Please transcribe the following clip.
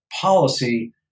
policy